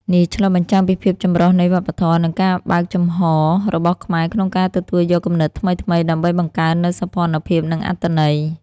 នេះឆ្លុះបញ្ចាំងពីភាពចម្រុះនៃវប្បធម៌ និងការបើកចំហររបស់ខ្មែរក្នុងការទទួលយកគំនិតថ្មីៗ ដើម្បីបង្កើននូវសោភ័ណភាព និងអត្ថន័យ។